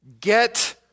Get